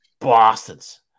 bastards